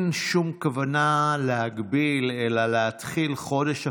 שום כוונה להגביל אלא להתחיל חודש אחרי,